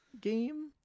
game